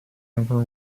over